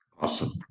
Awesome